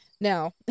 Now